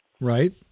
Right